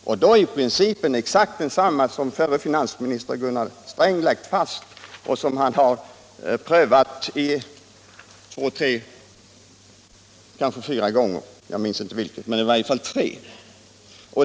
Och principen är exakt densamma som den förre finansministern Gunnar Sträng har lagt fast och som han har prövat i varje fall tre gånger.